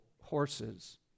horses